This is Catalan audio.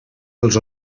als